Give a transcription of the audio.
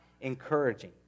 encouraging